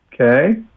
okay